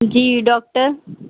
جی doctor